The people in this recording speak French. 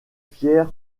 fier